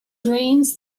drains